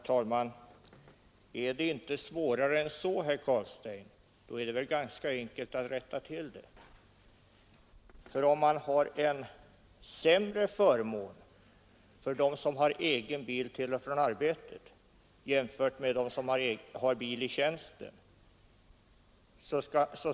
Herr talman! Om det inte är svårare än så, herr Carlstein, är det väl ganska enkelt att rätta till saken. Herr Carlstein jämför dem som har en sämre förmån och som använder egen bil till och från arbetet med dem som använder bil i tjänsten.